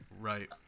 Right